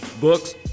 books